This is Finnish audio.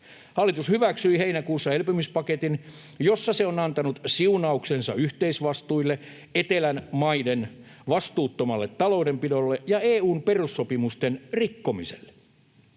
Hallitus hyväksyi heinäkuussa elpymispaketin, jossa se on antanut siunauksensa yhteisvastuille, etelän maiden vastuuttomalle taloudenpidolle ja EU:n perussopimusten rikkomiselle.